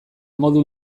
modu